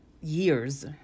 years